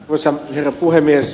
arvoisa puhemies